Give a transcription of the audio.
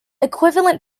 equivalent